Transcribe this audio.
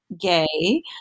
gay